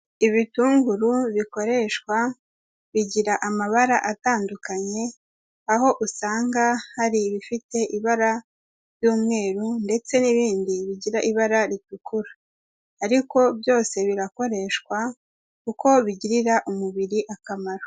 Ibitunguru bikoreshwa bigira amabara atandukanye, aho usanga hari ibifite ibara ry'umweru ndetse n'ibindi bigira ibara ritukura, ariko byose birakoreshwa kuko bigirira umubiri akamaro.